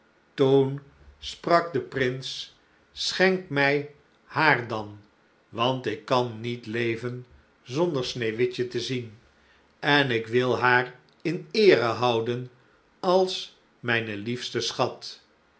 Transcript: toen sprak de prins schenk mij haar dan want ik kan niet leven zonder sneeuwwitje te zien en ik wil haar in eere houden als mijn liefsten schat